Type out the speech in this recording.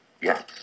Yes